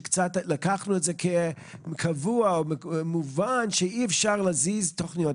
לקחנו את זה כקבוע או מובן שאי אפשר להזיז תוכניות.